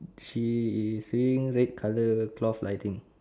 she is seeing red colour cloth lighting